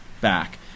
back